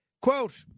Quote